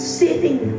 sitting